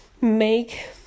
make